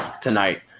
tonight